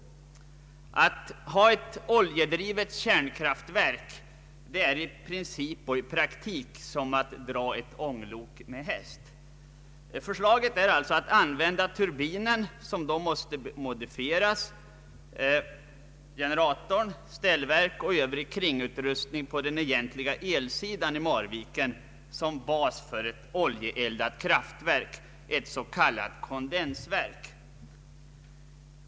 Att ha ett oljedrivet kärnkraftverk är i princip och i praktiken som att dra ett ånglok med häst. Förslaget är alltså att använda turbinen, som då måste modifieras, generatorn, ställverket och övrig kringutrustning på den egentliga elsidan i Marviken som bas för ett oljeeldat kraftverk, ett s.k. kondensverk.